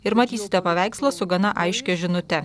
ir matysite paveikslą su gana aiškia žinute